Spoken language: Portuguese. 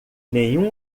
nenhum